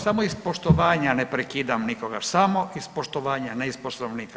Samo iz poštovanja ne prekidam nikoga, samo iz poštovanja, ne iz Poslovnika.